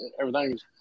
everything's